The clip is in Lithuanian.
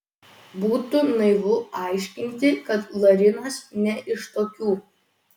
būtų naivu aiškinti kad larinas ne iš tokių